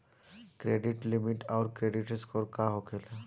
Credit limit आउर credit score का होखेला?